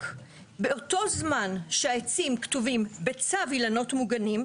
באותו זמן שהעצים כתובים בצו אילנות מוגנים,